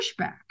pushback